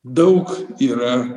daug yra